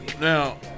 now